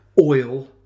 oil